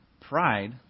pride